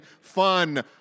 fun